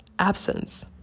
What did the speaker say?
absence